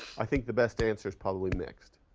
i think the best answer is probably mixed.